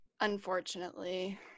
Unfortunately